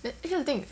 that so kind of thing